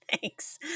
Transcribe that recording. Thanks